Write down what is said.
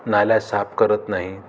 नाल्या साफ करत नाही